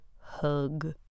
hug